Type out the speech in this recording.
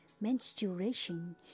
menstruation